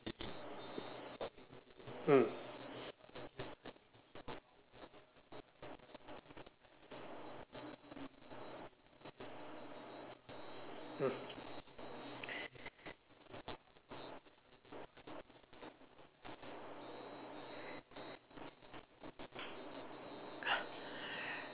mm mm